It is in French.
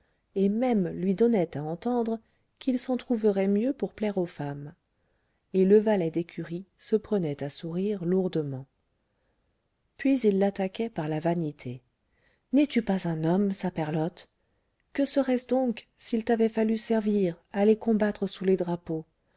et même lui donnait à entendre qu'il s'en trouverait mieux pour plaire aux femmes et le valet d'écurie se prenait à sourire lourdement puis il l'attaquait par la vanité n'es-tu pas un homme saprelotte que serait-ce donc s'il t'avait fallu servir aller combattre sous les drapeaux